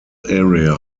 area